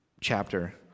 chapter